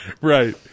Right